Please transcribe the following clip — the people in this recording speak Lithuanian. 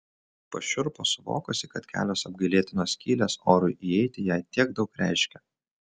pašiurpo suvokusi kad kelios apgailėtinos skylės orui įeiti jai tiek daug reiškia